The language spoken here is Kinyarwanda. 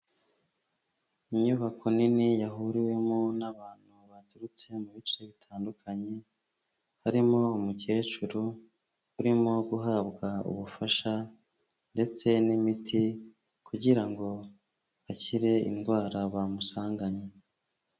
Inyubako nini yahuriwemo n'abantu baturutse mu bice bitandukanye, harimo umukecuru urimo guhabwa ubufasha ndetse n'imiti kugira ngo akire indwara bamusanganye.